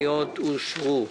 הצבעה אושר.